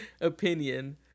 opinion